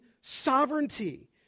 sovereignty